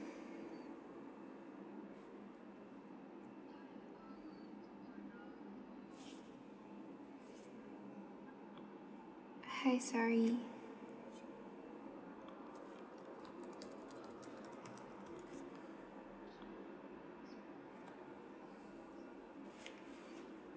hi sorry